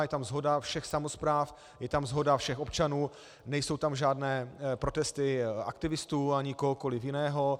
Je tam shoda všech samospráv, je tam shoda všech občanů, nejsou tam žádné protesty aktivistů ani kohokoliv jiného.